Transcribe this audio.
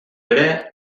ere